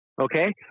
okay